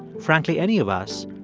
frankly any of us,